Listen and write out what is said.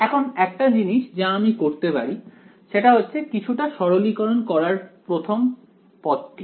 এখন একটা জিনিস যা আমি করতে পারি সেটা হচ্ছে কিছুটা সরলীকরণ করা প্রথম পদটি